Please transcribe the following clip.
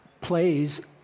plays